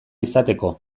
izateko